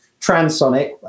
transonic